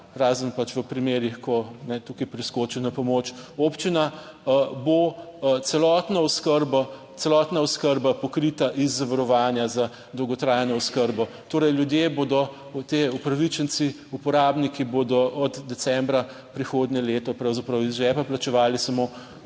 razen pač v primerih, ko tukaj priskočijo na pomoč občina bo celotno oskrbo, celotna oskrba pokrita iz zavarovanja za dolgotrajno oskrbo. Torej, ljudje bodo ti upravičenci, uporabniki bodo od decembra prihodnje leto pravzaprav iz žepa plačevali samo